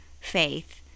faith